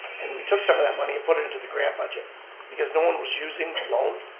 and we took some of that money and put it into the grant budget because no one was using a loan.